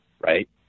right